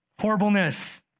horribleness